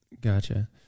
Gotcha